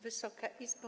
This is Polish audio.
Wysoka Izbo!